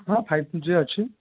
ହଁ five G ଅଛି